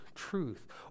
truth